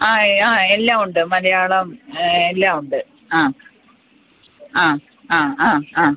ആ ആ എല്ലാമുണ്ട് മലയാളം എല്ലാമുണ്ട് ആ ആ ആ ആ ആ